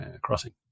crossing